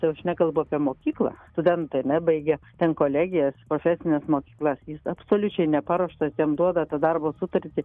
tai jau aš nekalbu apie mokyklą studentai ar ne baigę ten kolegijas profesines mokyklas jis absoliučiai neparuoštas jam duoda tą darbo sutartį